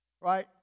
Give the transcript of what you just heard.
right